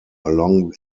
along